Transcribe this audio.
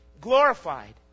glorified